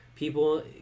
People